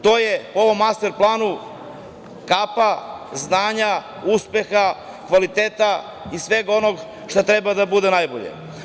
To je po ovom master planu kapa znanja, uspeha, kvaliteta i svega onog što treba da bude najbolje.